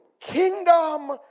kingdom